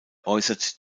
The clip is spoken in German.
äußert